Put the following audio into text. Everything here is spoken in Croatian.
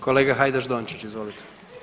Kolega Hajdaš Dončić, izvolite.